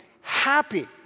happy